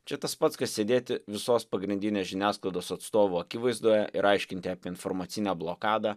čia tas pats kas sėdėti visos pagrindinės žiniasklaidos atstovų akivaizdoje ir aiškinti apie informacinę blokadą